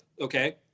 Okay